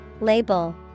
Label